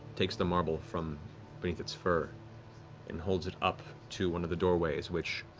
takes the marble from beneath its fur and holds it up to one of the doorways, which